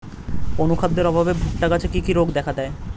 অনুখাদ্যের অভাবে ভুট্টা গাছে কি কি রোগ দেখা যায়?